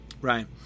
right